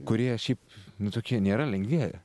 kurie šiaip nu tokie nėra lengvieji